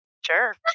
Sure